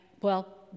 well-